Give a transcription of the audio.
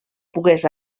pogués